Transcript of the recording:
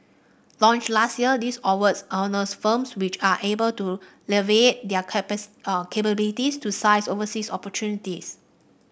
launched last year this award honours firms which are able to leverage their capacity capabilities to seize overseas opportunities